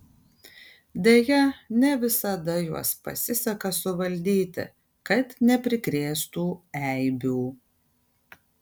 deja ne visada juos pasiseka suvaldyti kad neprikrėstų eibių